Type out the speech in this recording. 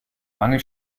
mangel